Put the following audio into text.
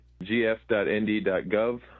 gf.nd.gov